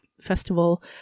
Festival